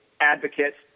advocates